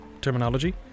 terminology